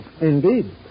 Indeed